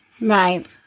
Right